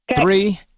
Three